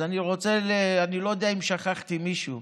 אני לא יודע אם שכחתי מישהו,